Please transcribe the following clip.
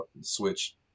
Switch